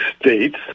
states